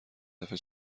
دفعه